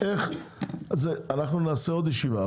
אנחנו נעשה עוד ישיבה,